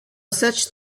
such